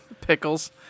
Pickles